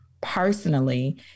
personally